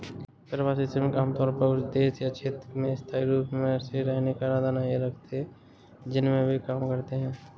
प्रवासी श्रमिक आमतौर पर उस देश या क्षेत्र में स्थायी रूप से रहने का इरादा नहीं रखते हैं जिसमें वे काम करते हैं